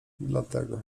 dlatego